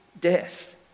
death